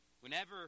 Whenever